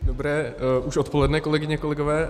Dobré už odpoledne, kolegyně, kolegové.